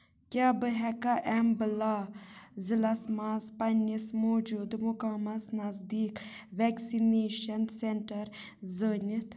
کیٛاہ بہٕ ہیٚکھا ایمبٔلا ضلعس مَنٛز پنٕنِس موٗجوٗدٕ مُقامس نٔزدیک ویکسِنیٚشن سینٛٹر زٲنِتھ